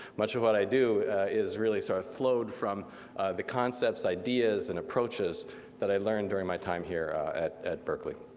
much of what i do is really sort of flowed from the concepts, ideas, and approaches that i learned during my time here at at berkeley.